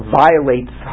violates